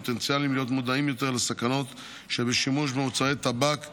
ופוטנציאליים להיות מודעים יותר לסכנות שבשימוש במוצרי טבק ועישון,